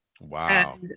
Wow